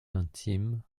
intime